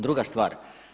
Druga stvar.